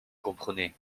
comprendrez